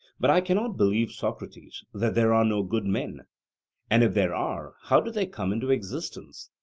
but i cannot believe, socrates, that there are no good men and if there are, how did they come into existence?